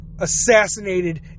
assassinated